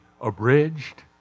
abridged